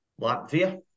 Latvia